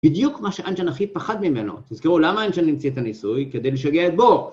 בדיוק מה שאנשטיין הכי פחד ממנו. תזכרו, למה אנשטיין המציא את הניסוי? כדי לשגע את בואו.